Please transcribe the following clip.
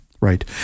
Right